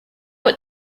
what